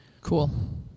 cool